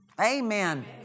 Amen